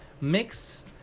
Mix